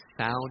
sound